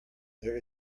there